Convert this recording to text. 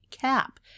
cap